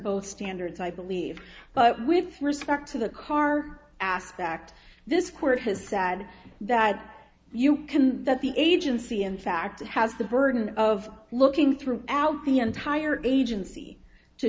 both standards i believe but with respect to the car aspect this court has said that you can that the agency in fact has the burden of looking through out the entire agency to